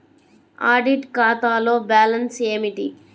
Audit ఖాతాలో balance ఏమిటీ?